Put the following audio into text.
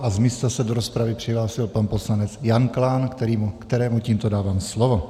A z místa se do rozpravy přihlásil pan poslanec Jan Klán, kterému tímto dávám slovo.